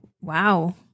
wow